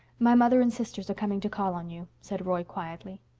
my mother and sisters are coming to call on you, said roy quietly.